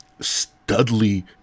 studly